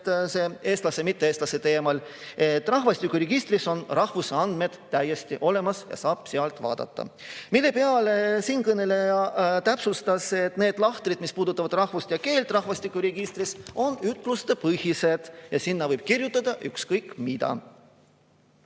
Valge eestlaste ja mitte-eestlaste kohta, et rahvastikuregistris on rahvuse andmed täiesti olemas ja saab sealt vaadata. Selle peale siinkõneleja täpsustas, et need lahtrid, mis puudutavad rahvust ja keelt rahvastikuregistris, on ütlustepõhised ja sinna võib kirjutada ükskõik mida.